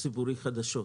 ציבורי חדשות.